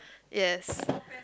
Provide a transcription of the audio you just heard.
yes